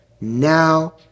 Now